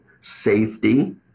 safety